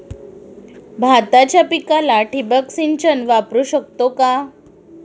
भाताच्या पिकाला ठिबक सिंचन वापरू शकतो का?